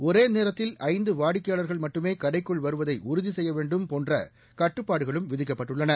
ஒரே நேரத்தில் ஐந்து வாடிக்கையாளர்கள் மட்டுமே கடைக்குள் வருவதை உறுதி செய்ய வேண்டும் போன்ற கட்டுப்பாடுகளும் விதிக்கப்பட்டுள்ளன